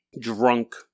drunk